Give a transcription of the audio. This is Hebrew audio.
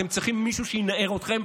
אתם צריכים מישהו שינער אתכם.